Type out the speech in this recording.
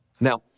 Now